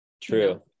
true